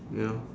you know